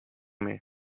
mee